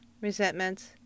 resentments